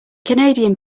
canadian